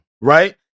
right